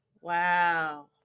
Wow